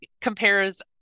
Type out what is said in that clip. compares